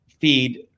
feed